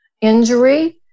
injury